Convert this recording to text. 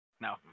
No